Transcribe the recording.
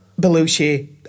Belushi